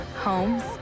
homes